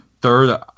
third